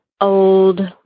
old